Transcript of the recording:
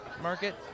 market